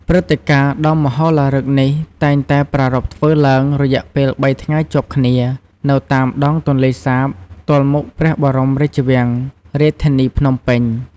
ព្រឹត្តិការណ៍ដ៏មហោឡារឹកនេះតែងតែប្រារព្ធធ្វើឡើងរយៈពេលបីថ្ងៃជាប់គ្នា នៅតាមដងទន្លេសាប ទល់មុខព្រះបរមរាជវាំង រាជធានីភ្នំពេញ។